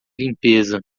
limpeza